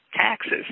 taxes